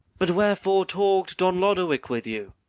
but wherefore talk'd don lodowick with you?